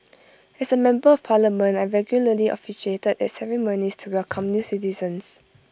as A member of parliament I regularly officiated at ceremonies to welcome new citizens